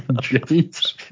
James